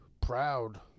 proud